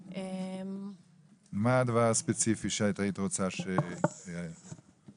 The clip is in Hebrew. מה הדבר הספציפי שהיית רוצה שהביטוח